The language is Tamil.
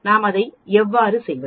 நாம் அதை எவ்வாறு செய்வது